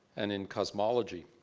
and in cosmology.